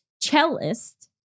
cellist